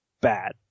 bad